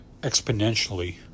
exponentially